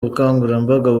ubukangurambaga